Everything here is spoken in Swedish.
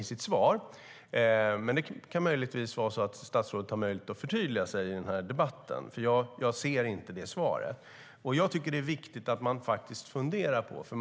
Hon kanske kan förtydliga sig i den här debatten, för jag ser inget svar. Jag tycker att det är viktigt att man funderar på detta.